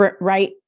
right